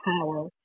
power